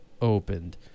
opened